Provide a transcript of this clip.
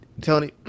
Tony